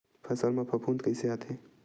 फसल मा फफूंद कइसे आथे?